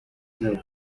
zabo